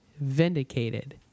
Vindicated